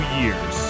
years